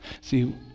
See